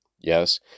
Yes